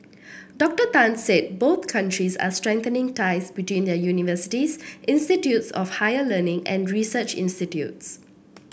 Doctor Tan said both countries are strengthening ties between their universities institutes of higher learning and research institutes